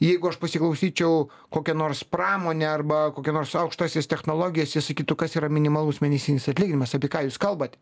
jeigu aš pasiklausyčiau kokia nors pramonė arba kokia nors aukštosias technologijos jos sakytų kas yra minimalus mėnesinis atlyginimas apie ką jūs kalbat